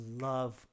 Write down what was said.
love